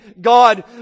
God